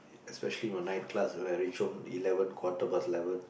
especially when night class whenever I reach home eleven quarter plus level